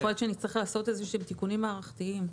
יכול להיות שנצטרך לעשות תיקונים מערכתיים.